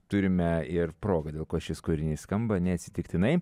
turime ir progą dėl ko šis kūrinys skamba neatsitiktinai